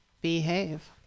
Behave